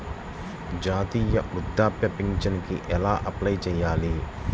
జాతీయ వృద్ధాప్య పింఛనుకి ఎలా అప్లై చేయాలి?